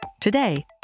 Today